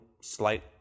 slight